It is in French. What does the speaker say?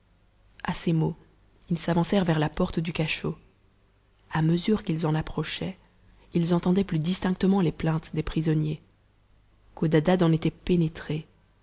a ces mots ils s'avancèrent vers la porte du cachot a mesure qu'ils en approchaient ils entendaient plus distinctement lés plaintes des prisonniers codadad en était pénétré